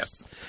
Yes